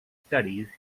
studies